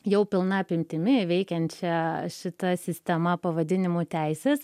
jau pilna apimtimi veikiančią šita sistema pavadinimu teises